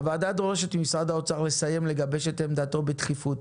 הוועדה דורשת ממשרד האוצר לסיים לגבש את עמדתו בדחיפות